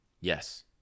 Yes